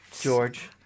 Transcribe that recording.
George